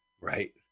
Right